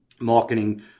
marketing